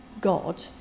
God